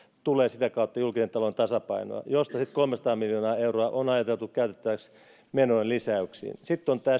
tulee sitä kautta julkisen talouden tasapainoon josta sitten kolmenasatana miljoona euroa on ajateltu käytettäväksi menojen lisäyksiin sitten verotusta lisätään tämä